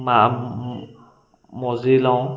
বা মজি লওঁ